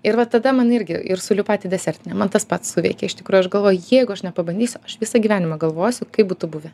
ir va tada man irgi ir su liupati desertine man tas pats suveikė iš tikrųjų aš galvoju jeigu aš nepabandysiu aš visą gyvenimą galvosiu kaip būtų buvę